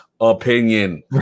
opinion